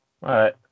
right